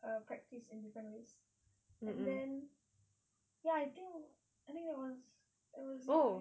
err practise in different ways and then ya I think I think it was it was apa eh